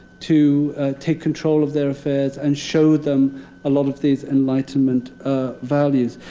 to take control of their affairs and show them a lot of these enlightenment values.